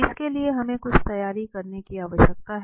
इसके लिए हमें कुछ तैयारी की आवश्यकता है